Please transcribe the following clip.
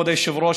כבוד היושב-ראש,